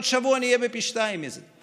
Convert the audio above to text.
עוד שבוע נהיה בפי שניים מזה.